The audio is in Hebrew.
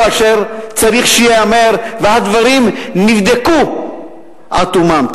אשר צריך שייאמר והדברים נבדקו עד תומם.